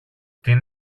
την